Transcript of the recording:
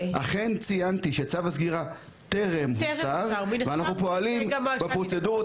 ציינתי שצו הסגירה טרם הוסר ואנחנו פועלים בפרוצדורות